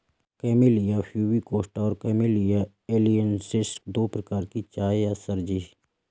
camellia pubicosta और Camellia taliensis दो प्रकार की चाय है सर जी